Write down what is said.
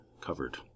covered